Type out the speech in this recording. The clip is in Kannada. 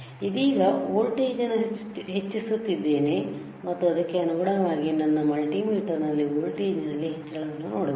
ಇದೀಗ ವೋಲ್ಟೇಜ್ ಅನ್ನು ಹೆಚ್ಚಿಸುತ್ತಿದ್ದೇನೆ ಮತ್ತು ಅದಕ್ಕೆ ಅನುಗುಣವಾಗಿ ನನ್ನ ಮಲ್ಟಿಮೀಟರ್ ನಲ್ಲಿ ವೋಲ್ಟೇಜ್ ನಲ್ಲಿನ ಹೆಚ್ಚಳವನ್ನು ನೋಡಬಹುದು